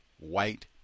white